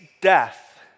death